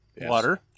Water